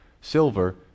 silver